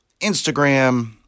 Instagram